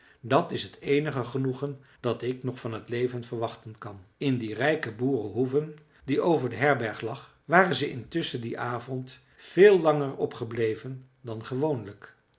dat is het eenige genoegen dat ik nog van t leven verwachten kan in die rijke boerenhoeve die over de herberg lag waren ze intusschen dien avond veel langer opgebleven dan gewoonlijk